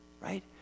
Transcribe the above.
right